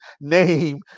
name